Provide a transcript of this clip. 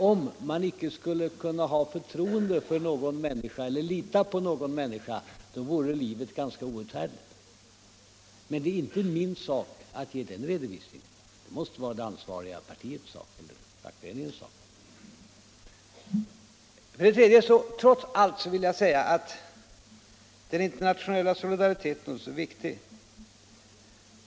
Om man icke skulle kunna lita — debatt på en människa, då vore livet ganska outhärdligt. Men det är inte min sak att ge den redovisningen, det måste vara det ansvariga partiets sak eller fackföreningens sak. För det tredje vill jag upprepa att den internationella solidariteten är oerhört viktig.